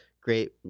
great